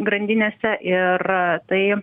grandinėse ir tai